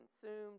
consumed